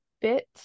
bit